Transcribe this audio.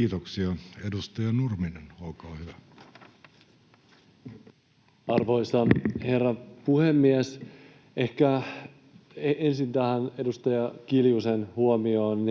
muuttamisesta Time: 18:58 Content: Arvoisa herra puhemies! Ehkä ensin tähän edustaja Kiljusen huomioon.